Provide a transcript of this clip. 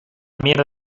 mierda